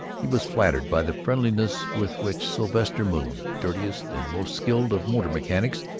he was flattered by the friendliness with which sylvester moon, dirtiest and most skilled of motor mechanics,